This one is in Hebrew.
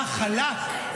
אה, חלק?